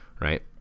right